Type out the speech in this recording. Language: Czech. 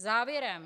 Závěrem.